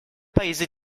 paese